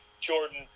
Jordan